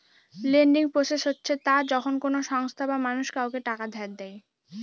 lending process হচ্ছে তা যখন কোনো সংস্থা বা মানুষ কাউকে টাকা ধার দেয়